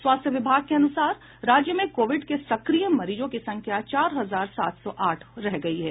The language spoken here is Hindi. स्वास्थ्य विभाग के अनुसार राज्य में कोविड के सक्रिय मरीजों की संख्या चार हजार सात सौ आठ रह गयी है